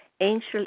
angel